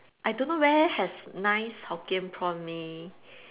I don't know where has nice hokkien prawn mee